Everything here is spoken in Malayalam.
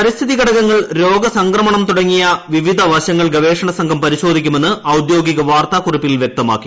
പരിസ്ഥിതി ഘടകങ്ങൾ രോഗസംക്രമണം തുടങ്ങിയ വിവിധ വശങ്ങൾ ഗവേഷണസംഘം പരിശോധിക്കുമെന്ന് ഔദ്യോഗിക വാർത്താക്കുറിപ്പിൽ വൃക്തമാക്കി